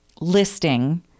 listing